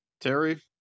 Terry